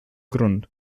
grund